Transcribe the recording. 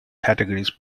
categories